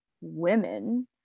women